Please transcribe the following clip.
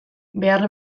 behar